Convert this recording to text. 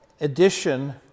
addition